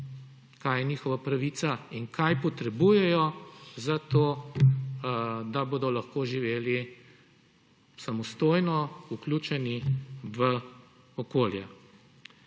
kaj je njihova pravica in kaj potrebujejo za to, da bodo lahko živeli samostojno, vključeni v okolje.